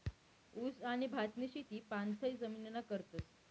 ऊस आणि भातनी शेती पाणथय जमीनमा करतस